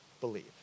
believe